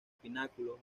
pináculos